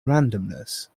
randomness